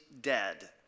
dead